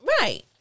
Right